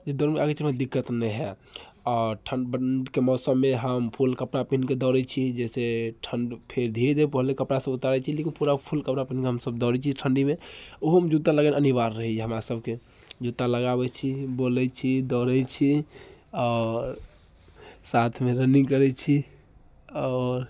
जे दौड़मे आगेके समय दिक्कत नहि होएत आओर ठण्डके मौसममे हम फुल कपड़ा पेन्ह कऽ दौड़ैत छी जैसे ठण्ड फेर धीरे धीरे पहले कपड़ा सब उतारैत छी लेकिन पूरा फुल कपड़ा पिन्ह कऽ हमसब दौड़ैत छी ठण्डीमे ओहोमे जुत्ता लगेनाइ अनिवार्य रहैए हमरा सबके जुत्ता लगाबैत छी बोलैत छी दौड़ैत छी आओर साथमे रनिङ्ग करैत छी आओर